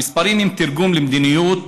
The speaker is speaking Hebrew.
המספרים הם תרגום למדיניות